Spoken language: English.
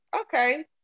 Okay